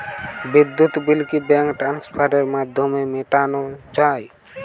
বিদ্যুৎ বিল কি ব্যাঙ্ক ট্রান্সফারের মাধ্যমে মেটানো য়ায়?